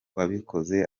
wabikoze